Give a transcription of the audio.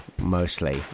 mostly